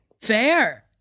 Fair